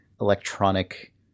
electronic